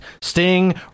Sting